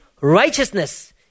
righteousness